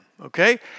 okay